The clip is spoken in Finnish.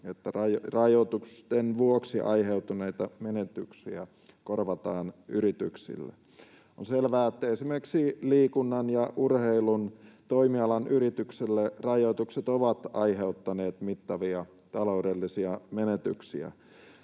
että rajoitusten vuoksi aiheutuneita menetyksiä korvataan yrityksille. On selvää, että esimerkiksi liikunnan ja urheilun toimialan yrityksille rajoitukset ovat aiheuttaneet mittavia taloudellisia menetyksiä.